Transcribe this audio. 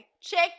Check